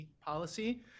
policy